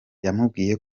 yamubwiye